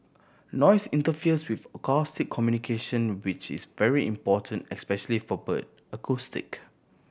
noise interferes with acoustic communication which is very important especially for bird